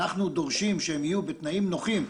אנחנו דורשים שהם יהיו בתנאים נוחים,